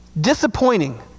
Disappointing